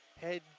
head